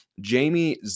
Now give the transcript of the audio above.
Jamie